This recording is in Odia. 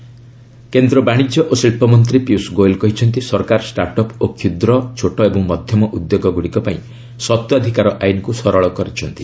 ଗୋଏଲ୍ ଆୱାର୍ଡସ୍ କେନ୍ଦ୍ର ବାଣିଜ୍ୟ ଓ ଶିଳ୍ପମନ୍ତ୍ରୀ ପିୟୁଷ ଗୋଏଲ୍ କହିଛନ୍ତି ସରକାର ଷ୍ଟାର୍ଟଅପ୍ ଓ କ୍ଷୁଦ୍ର ଛୋଟ ଓ ମଧ୍ୟମ ଉଦ୍ୟୋଗଗୁଡ଼ିକ ପାଇଁ ସତ୍ତ୍ୱାଧିକାର ଆଇନକୁ ସରଳ କରାଯାଇଛି